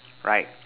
right